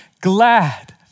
glad